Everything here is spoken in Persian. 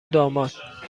داماد